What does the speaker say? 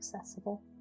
accessible